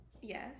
yes